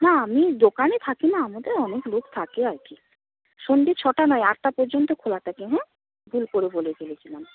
না আমি দোকানে থাকি না আমাদের অনেক লোক থাকে আর কি সন্ধ্যে ছটা নয় আটটা পর্যন্ত খোলা থাকে হ্যাঁ ভুল করে বলে ফেলেছিলাম